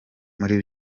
muri